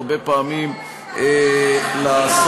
הרבה פעמים אין להם את ההבנה של הזכויות.